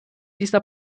dieser